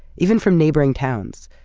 even from neighboring towns,